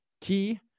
key